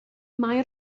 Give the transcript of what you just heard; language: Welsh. mae